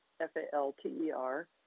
F-A-L-T-E-R